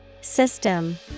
System